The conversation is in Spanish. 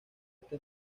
esta